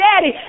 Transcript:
daddy